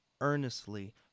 earnestly